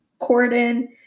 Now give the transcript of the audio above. Corden